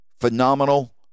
phenomenal